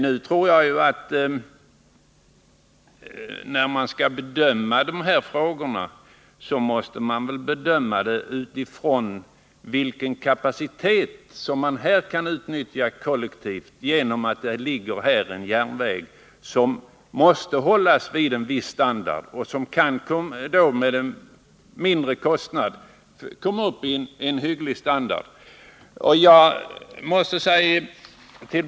När man skall bedöma de här frågorna, måste man som jag ser det göra det utifrån det faktum att här finns en kapacitet i den befintliga järnvägen. Den måste upprätthållas och ha en viss standard, som med en mindre kostnad kan ökas.